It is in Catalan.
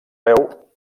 veu